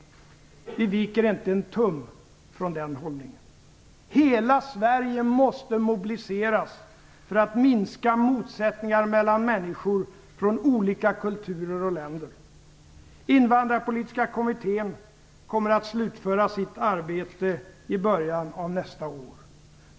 Vi viker inte en tum från den hållningen. Hela Sverige måste mobiliseras för att minska motsättningar mellan människor från olika kulturer och länder. Invandrarpolitiska kommittén kommer att slutföra sitt arbete i början av nästa år.